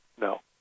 No